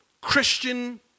Christian